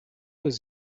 was